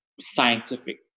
scientific